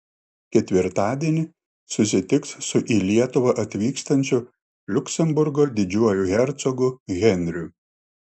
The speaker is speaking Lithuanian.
ketvirtadienį susitiks su į lietuvą atvykstančiu liuksemburgo didžiuoju hercogu henriu